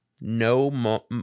no